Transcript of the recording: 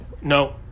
No